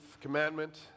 commandment